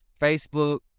facebook